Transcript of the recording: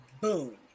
boom